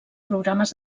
programes